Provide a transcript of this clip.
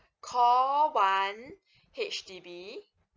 call one H_D_B